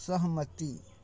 सहमति